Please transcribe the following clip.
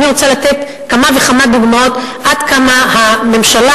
אני רוצה לתת כמה וכמה דוגמאות עד כמה הממשלה,